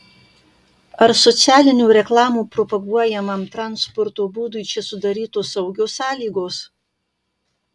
ar socialinių reklamų propaguojamam transporto būdui čia sudarytos saugios sąlygos